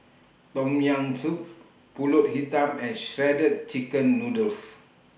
Tom Yam Soup Pulut Hitam and Shredded Chicken Noodles